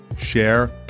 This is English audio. share